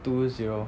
two zero